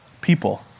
people